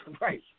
Right